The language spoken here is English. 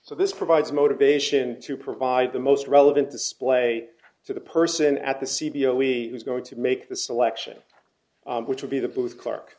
so this provides motivation to provide the most relevant display to the person at the cvo we was going to make the selection which would be the booth clerk